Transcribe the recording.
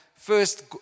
First